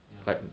ya